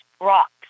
rocks